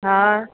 हा